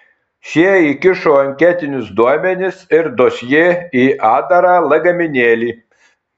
šie įkišo anketinius duomenis ir dosjė į atdarą lagaminėlį